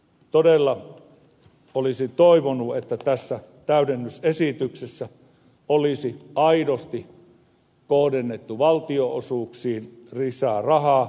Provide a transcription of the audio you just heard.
todella olisin toivonut että tässä täydennysesityksessä olisi aidosti kohdennettu valtionosuuksiin lisää rahaa